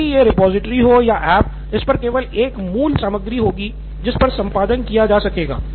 भले ही यह रिपॉजिटरी हो या ऐप इसपर केवल एक मूल सामग्री होगी जिस पर संपादन किया जा सकेगा